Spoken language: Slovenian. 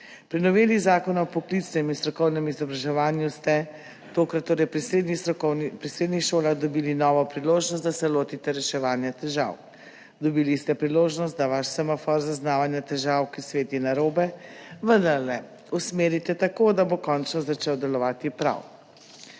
Pri noveli Zakona o poklicnem in strokovnem izobraževanju ste tokrat torej pri srednjih šolah dobili novo priložnost, da se lotite reševanja težav. Dobili ste priložnost, da svoj semafor zaznavanja težav, ki sveti narobe, vendarle usmerite tako, da bo končno začel delovati prav.